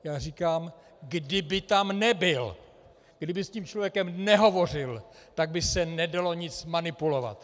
Já říkám, kdyby tam nebyl, kdyby s tím člověkem nehovořil, tak by se nedalo nic manipulovat.